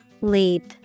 Leap